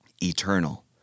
eternal